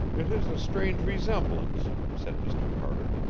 it is a strange resemblance, said mr. carter.